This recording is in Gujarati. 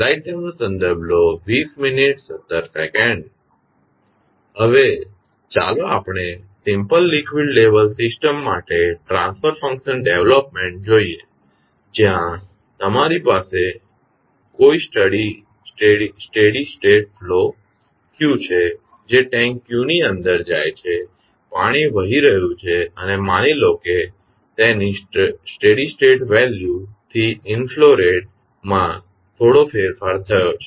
હવે ચાલો આપણે સિમ્પ્લ લિક્વીડ લેવલ સિસ્ટમ માટે ટ્રાન્સફર ફંક્શન ડેવલપમેન્ટ જોઈએ જ્યાં તમારી પાસે કોઇ સ્ટેડી સ્ટેટ ફ્લો Q છે જે ટેન્ક ની અંદર જાય છે પાણી વહી રહ્યું છે અને માની લો કે તેની સ્ટેડી સ્ટેટ વેલ્યુ થી ઇનફ્લો રેટ માં થોડો ફેરફાર થયો છે